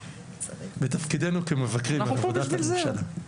בתפקידנו כמבקרים על עבודת הממשלה.